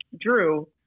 drew